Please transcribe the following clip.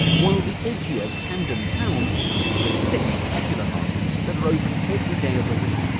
while the edgier camden town features six popular markets that are open every day of the week,